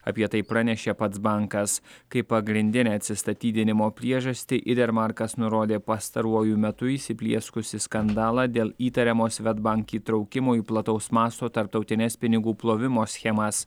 apie tai pranešė pats bankas kaip pagrindinę atsistatydinimo priežastį idermarkas nurodė pastaruoju metu įsiplieskusį skandalą dėl įtariamo svedbank įtraukimo į plataus masto tarptautines pinigų plovimo schemas